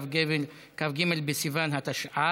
כ"ג בסיוון התשע"ח,